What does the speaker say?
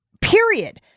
period